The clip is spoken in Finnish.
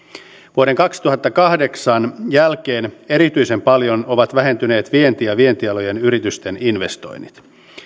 vuoden kaksituhattakahdeksan jälkeen erityisen paljon ovat vähentyneet vienti ja vientialojen yritysten investoinnit